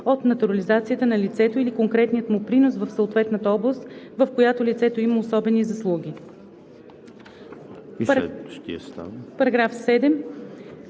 от натурализацията на лицето или конкретният му принос в съответната област, в която лицето има особени заслуги.“ По § 7